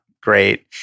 great